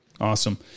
Awesome